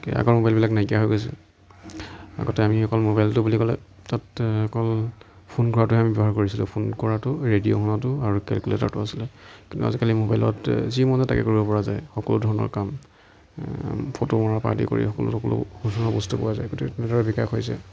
আগৰ মোবাইলবিলাক নাইকিয়া হৈ গৈছে আগতে আমি অকল মোবাইলটো বুলি ক'লে তাত অকল ফোন কৰাটোহে আমি ব্যৱহাৰ কৰিছিলোঁ ফোন কৰাটো ৰেডিঅ' শুনাটো আৰু কেলকুলেটৰ্টো আছিলে কিন্তু আজিকালি মোবাইলত যি মন যায় তাকে কৰিব পৰা যায় সকলো ধৰণৰ কাম ফটো মৰাৰ পৰা আদি কৰি সকলো সকলো ধৰণৰ বস্তু পোৱা যায় গতিকে তেনেকুৱা বিকাশ হৈছে